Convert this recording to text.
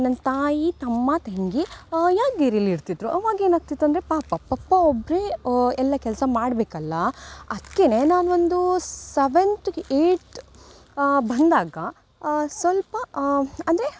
ನನ್ನ ತಾಯಿ ತಮ್ಮ ತಂಗಿ ಯಾದ್ಗಿರಿಯಲ್ಲಿ ಇರ್ತಿದ್ದರು ಆವಾಗ ಏನಾಗ್ತಿತ್ತು ಅಂದರೆ ಪಾಪ ಪಪ್ಪ ಒಬ್ಬರೇ ಎಲ್ಲ ಕೆಲಸ ಮಾಡಬೇಕಲ್ಲ ಅದ್ಕೇನೆ ನಾನು ಒಂದು ಸೆವೆನ್ತುಗೆ ಏಯ್ತ್ ಬಂದಾಗ ಸ್ವಲ್ಪ ಅಂದರೆ